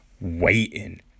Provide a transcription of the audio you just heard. waiting